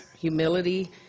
humility